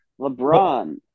LeBron